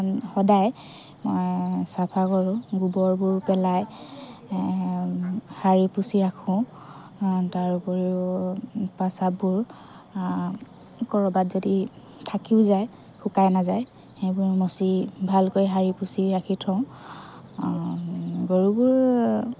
সদায় চাফা কৰোঁ গোবৰবোৰ পেলাই সাৰি পুচি ৰাখোঁ তাৰ উপৰিও প্ৰস্ৰাৱবোৰ ক'ৰবাত যদি থাকিও যায় শুকাই নেযায় সেইবোৰ মচি ভালকৈ সাৰি পুচি ৰাখি থওঁ গৰুবোৰ